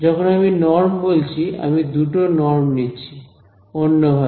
যখন আমি নরম বলছি আমি দুটো নরম নিচ্ছি অন্যভাবে